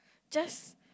just